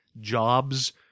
jobs